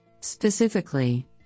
Specifically